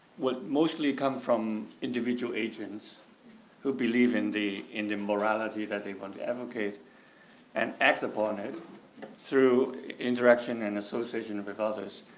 would mostly come from individual agents who believe in the in the morality that they want to advocate and act upon it through interaction and association and with others.